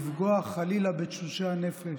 לא התכוונתי לפגוע חלילה בתשושי הנפש,